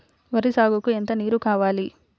వరి సాగుకు ఎంత నీరు కావాలి?